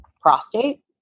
prostate